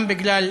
גם בגלל